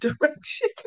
direction